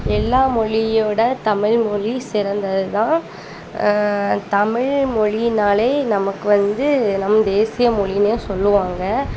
எல்லா மொழியோட தமில்மொழி சிறந்ததுதான் தமில்மொழின்னாலே நமக்கு வந்து நம் தேசிய மொழின்னே சொல்லுவாங்கள்